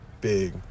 big